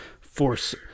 Force